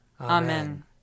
Amen